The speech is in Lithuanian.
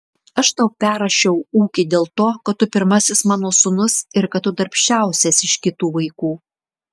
aš tau perrašiau ūkį dėl to kad tu pirmasis mano sūnus ir kad tu darbščiausias iš kitų vaikų